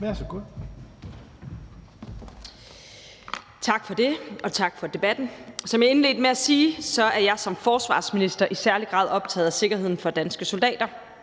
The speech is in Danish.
Bramsen): Tak for det, og tak for debatten. Som jeg indledte med at sige, er jeg som forsvarsminister i særlig grad optaget af sikkerheden for danske soldater,